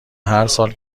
هرسال